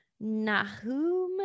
nahum